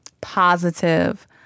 positive